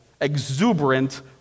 exuberant